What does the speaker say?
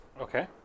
Okay